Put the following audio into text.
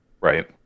Right